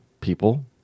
people